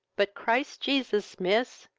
but, christ jesus, miss!